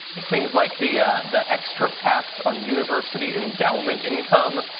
things like the the extra tax on university endowment income,